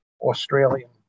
Australian